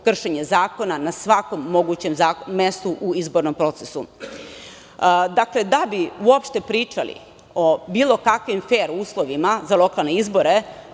kršenje zakona na svakom mogućem mestu u izbornom procesu. Dakle, da bi uopšte pričali o bilo kakvim fer uslovima za lokalne izbore